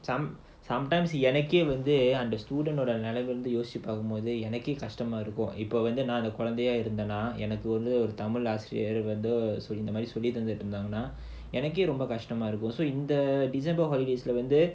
some sometimes எனக்கே வந்து கஷ்டமா இருக்கும்:enakkae vandhu kashtamaa irukkum and the student நான் குழந்தையா இருந்தேனா எனக்கு சொல்லி தந்தாங்கனா எனக்கே வந்து கஷ்டமா இருக்கும்:naan kulanthaiyaa irunthaenaa enakku sollithanthaanganaa enakkae vandhu kashtamaa irukkum so in the december holidays lah வந்து:vandhu